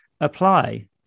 apply